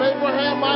Abraham